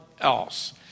else